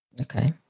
Okay